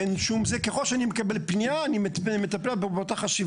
ככול שאני מקבל פנייה, אני מטפל בה באותה חשיבות.